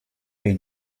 been